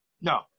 No